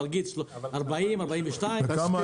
פרגית 40-42 ₪,